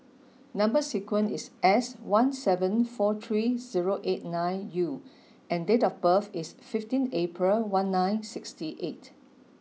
number sequence is S one seven four three zero eight nine U and date of birth is fifteen April one nine sixty eight